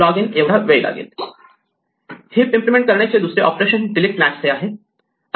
heap implement करण्याचे दुसरे operation delete max हे आहे